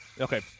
Okay